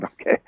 okay